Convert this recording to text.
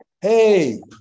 Hey